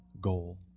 goal